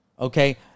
Okay